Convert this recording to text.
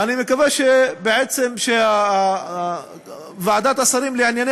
אני מקווה שבעצם ועדת השרים לענייני